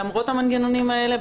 למרות המנגנונים האלה,